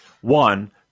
one